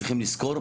צריכים לזכור,